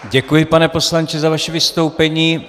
Děkuji, pane poslanče za vaše vystoupení.